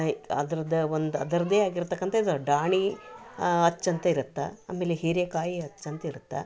ಅದರದ್ದ ಒಂದು ಅದರದ್ದೇ ಆಗಿರ್ತಕ್ಕಂಥ ಇದು ಡಾಣಿ ಅಚ್ಚಂತ ಇರತ್ತೆ ಆಮೇಲೆ ಹೀರೆಕಾಯಿ ಅಚ್ಚಂತ ಇರತ್ತೆ